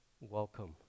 Welcome